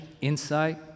insight